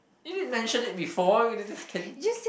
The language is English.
you did mention it before you didn't